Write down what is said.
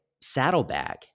saddlebag